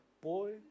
boy